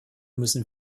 müssen